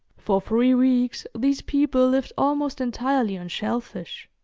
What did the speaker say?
for three weeks these people lived almost entirely on shellfish.